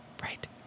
Right